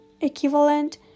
equivalent